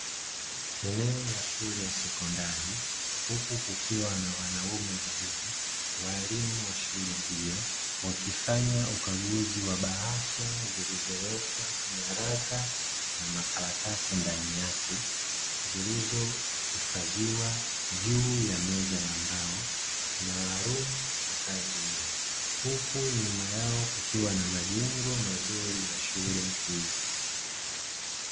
Eneo la shule ya sekondari huku kukiwa na wanaume wawili walimu wa shule hiyo wakifanya ukaguzi wa bahasha zilizowekwa nyaraka na makaratasi ndani yake zilizohifadhiwa juu ya meza ya mbao maalum kwa kazi, huku nyuma yao kukiwa na majengo mazuri ya shule hiyo.